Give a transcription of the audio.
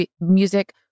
music